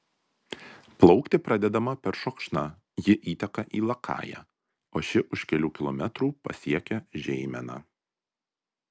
plaukti pradedama peršokšna ji įteka į lakają o ši už kelių kilometrų pasiekia žeimeną